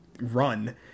run